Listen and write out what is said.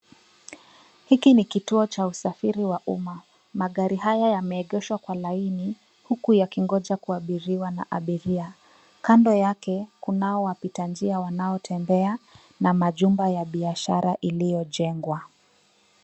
Hiki ni kituo cha usafiri wa umma. Magari haya yameegeshwa kwa laini huku yakingoja kuabiriwa na abiria. Kando yake, kunao wapita njia wanaotembea na majumba ya biashara iliyojengwa.